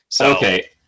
Okay